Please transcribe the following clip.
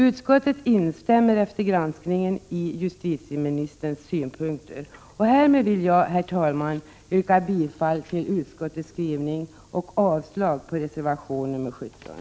Utskottet instämmer efter granskningen i justitieministerns synpunkter. Härmed vill jag, herr talman, yrka bifall till utskottets skrivning och avslag på reservation 17.